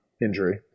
injury